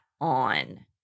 on